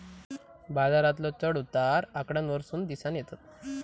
बाजारातलो चढ उतार आकड्यांवरसून दिसानं येतत